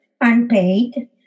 unpaid